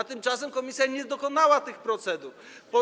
A tymczasem komisja nie zastosowała tych procedur.